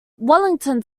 wellington